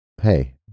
hey